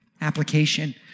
Application